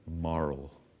moral